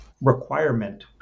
requirement